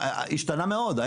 השתנה מאוד.